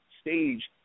stage